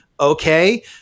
okay